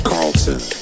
Carlton